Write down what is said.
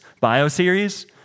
bio-series